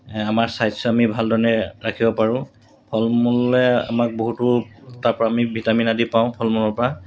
আমাৰ স্বাস্থ্য আমি ভালধৰণে ৰাখিব পাৰোঁ ফল মূলে আমাক বহুতো তাৰপৰা আমি ভিটামিন আদি পাওঁ ফল মূলৰপৰা